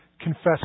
confess